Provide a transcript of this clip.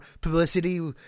publicity